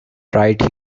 right